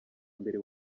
mbere